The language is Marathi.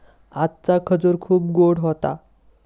आजचा खजूर खूप गोड होता